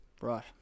Right